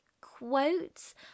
quotes